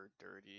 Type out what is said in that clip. dirty